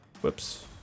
Whoops